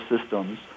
systems